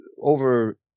over